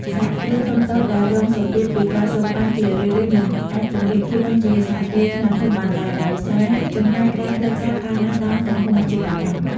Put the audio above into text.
សហគ្រាសធុនតូចដែលរងសម្ពាធពី ការសូកប៉ាន់ ជារឿយៗមិនអាចពង្រីកខ្លួនជាសហគ្រាសខ្នាតធំបានឡើយ ដោយសារ "ចំណាយក្រៅផ្លូវការ" កើនឡើងតាមទំហំអាជីវកម្ម។